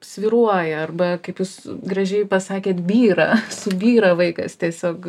svyruoja arba kaip jūs gražiai pasakėt byra subyra vaikas tiesiog